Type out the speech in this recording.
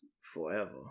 forever